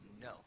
No